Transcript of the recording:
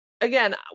again